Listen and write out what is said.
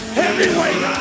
heavyweight